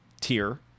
tier